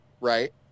right